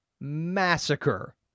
massacre